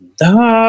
da